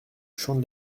champ